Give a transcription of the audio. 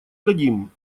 дадим